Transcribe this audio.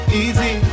easy